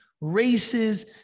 races